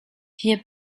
hier